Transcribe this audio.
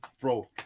bro